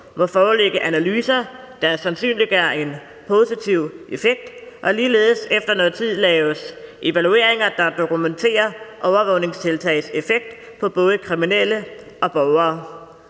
må foreligge analyser, der sandsynliggør en positiv effekt, og ligeledes efter noget tid laves evalueringer, der dokumenterer overvågningstiltags effekt på både kriminelle og borgere.